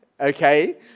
okay